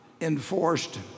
enforced